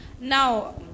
Now